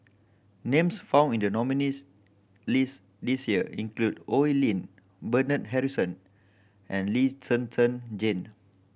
names found in the nominees' list this year include Oi Lin Bernard Harrison and Lee Zhen Zhen Jane